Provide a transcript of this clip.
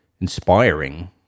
inspiring